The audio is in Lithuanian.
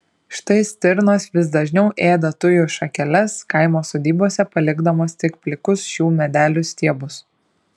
štai stirnos vis dažniau ėda tujų šakeles kaimo sodybose palikdamos tik plikus šių medelių stiebus